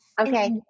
Okay